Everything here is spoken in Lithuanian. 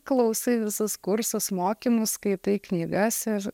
klausai visus kursus mokymus skaitai knygas ir